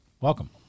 Welcome